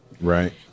right